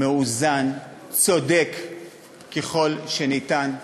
מאוזן, צודק ככל שניתן,